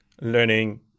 learning